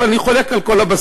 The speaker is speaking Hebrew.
אני חולק על כל הבסיס.